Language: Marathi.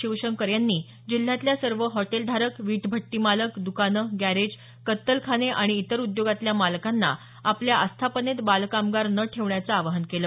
शिवशंकर यांनी जिल्ह्यातल्या सर्व हॉटेलधारक विटभट्टी मालक दुकानं गरेज कत्तलखाने आणि इतर उद्योगातल्या मालकांना आपल्या आस्थापनेत बालकामगार न ठेवण्याचं आवाहन केलं